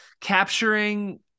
capturing